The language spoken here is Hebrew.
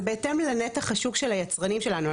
זה בהתאם לנתח השוק של היצרנים שלנו.